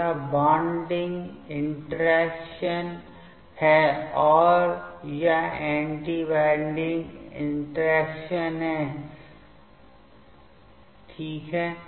तो यह bonding interaction है और यह एंटी बॉन्डिंग इंटरैक्शन है ठीक है